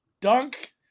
dunk